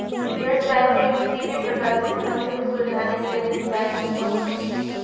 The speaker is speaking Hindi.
यस बैंक में किसी भी प्रकार की समस्या को सुलझाने के लिए तुम बैंक में कॉल कर सकते हो